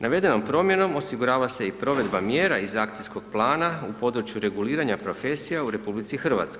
Navedenom promjenom osigurava se i provedba mjera iz akcijskog plana u području reguliranja profesija u RH.